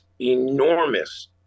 enormous